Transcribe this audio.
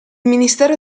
ministero